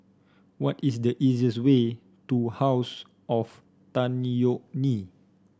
what is the easiest way to House of Tan Yeok Nee